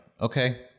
okay